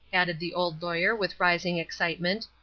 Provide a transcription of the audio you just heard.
added the old lawyer with rising excitement,